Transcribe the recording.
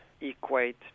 equate